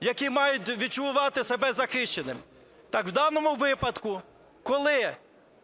які мають відчувати себе захищеними. Так в даному випадку, коли